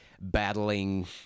battling